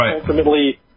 ultimately